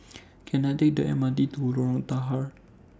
Can I Take The MRT to Lorong Tahar